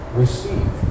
receive